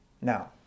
Now